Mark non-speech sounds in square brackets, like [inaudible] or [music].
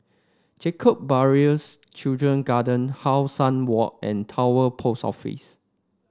Jacob Ballas Children Garden How Sun Walk and [unintelligible] Post Office